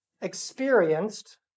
experienced